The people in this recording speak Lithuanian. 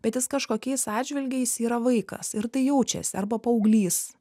bet jis kažkokiais atžvilgiais yra vaikas ir tai jaučiasi arba paauglys